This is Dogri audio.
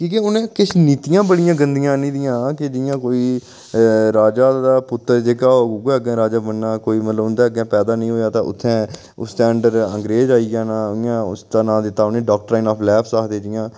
कि के उनें किश नीतियां बड़ियां गंदियां आनी दियां हियां हा कि जियां कोई राजा दा पुत्तर जेह्का होग उ'ऐ अग्गै राजा बनना कोई मतलब उं'दे अग्गै पैदा नेई होया तां उसदे अडंर अंग्रेज आई जाना उस दा नांऽ दित्ता उनेंगी डाॅक्ट्रिनआफ लैप्स आखदे जियां